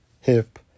hip